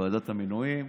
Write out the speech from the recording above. ועדת המינויים,